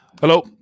Hello